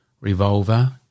Revolver